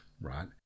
right